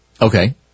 Okay